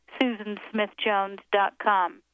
SusanSmithJones.com